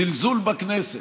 זלזול בכנסת.